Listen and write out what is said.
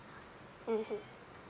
mmhmm